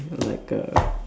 ya like a